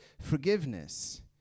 forgiveness